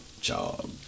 job